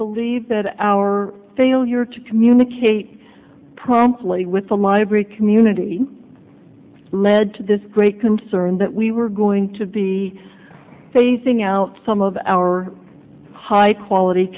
believe that our failure to communicate promptly with the library community led to this great concern that we were going to be phasing out some of our high quality